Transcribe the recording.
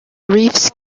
reefs